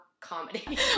comedy